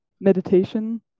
meditation